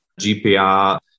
GPR